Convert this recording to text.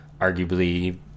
arguably